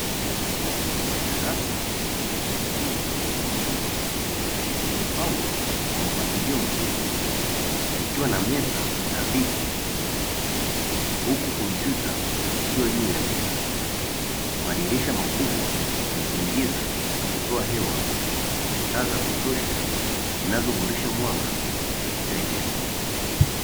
Darasa la kujifunza kompyuta limepangwa kwa mpangilio mzuri likiwa na meza na viti huku kompyuta zikiwa juu ya meza, madirisha makubwa ya kuingiza na kutoa hewa, taa za kutosha zinazoboresha mwanga katika eneo.